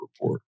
report